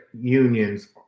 unions